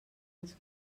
els